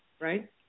right